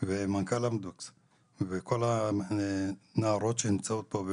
ומנכ"ל אמדוקס וכל הנערות שנמצאות פה,